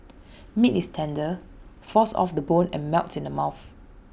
meat is tender falls off the bone and melts in the mouth